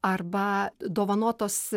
arba dovanotos